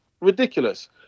ridiculous